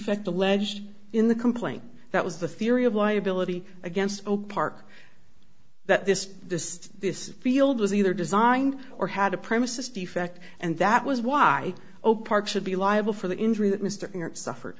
ect alleged in the complaint that was the theory of liability against opar that this this this field was either designed or had a premises defect and that was why opar should be liable for the injury that mr york suffered